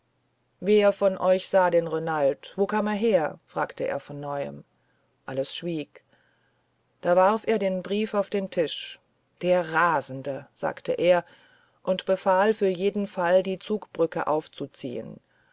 wer von euch sah den renald wo kam er her fragte er von neuem alles schwieg da warf er den brief auf den tisch der rasende sagte er und befahl für jeden fall die zugbrücke aufzuziehen